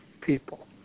people